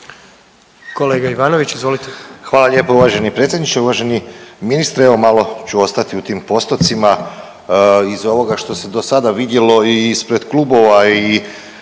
**Ivanović, Goran (HDZ)** Hvala lijepa uvaženi predsjedniče. Uvaženi ministre evo malo ću ostati u tim postocima. Iz ovoga što se dosada vidjelo i ispred klubova i